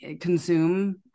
consume